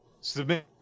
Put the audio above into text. submit